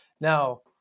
Now